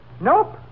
Nope